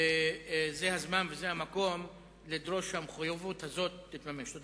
וזה הזמן וזה המקום לדרוש שהמחויבות הזאת תתממש.